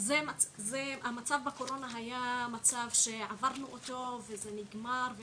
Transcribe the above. המצב בקורונה היה מצב שעברנו אותו וזה נגמר,